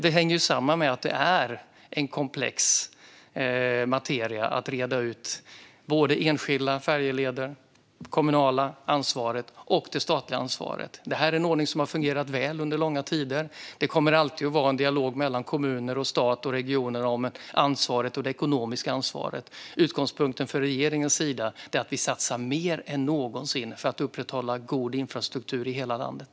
Detta hänger samman med att det är en komplex materia att reda ut vad gäller enskilda färjeleder och det kommunala respektive det statliga ansvaret. Denna ordning har fungerat väl under långa tider. Det kommer alltid att vara en dialog mellan kommuner, regioner och stat om det ekonomiska ansvaret. Utgångspunkten för regeringen är att vi satsar mer än någonsin för att upprätthålla en god infrastruktur i hela landet.